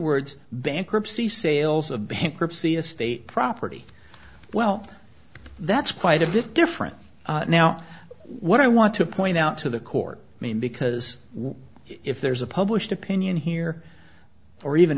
words bankruptcy sales of bankruptcy estate property well that's quite a bit different now what i want to point out to the court i mean because what if there's a published opinion here or even